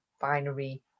binary